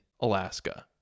Alaska